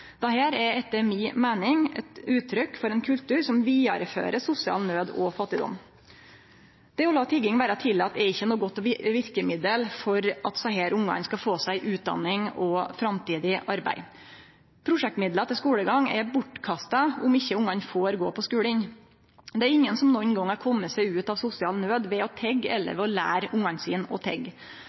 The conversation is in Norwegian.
Dette er etter mi meining uttrykk for ein kultur som vidarefører sosial naud og fattigdom. Det å la tigging vere tillate er ikkje noko godt verkemiddel for at desse ungane skal få seg ei utdanning og framtidig arbeid. Prosjektmidlar til skulegang er bortkasta om ikkje ungane får gå på skulen. Det er ingen som nokon gong har kome seg ut av sosial naud ved å tigge eller ved å lære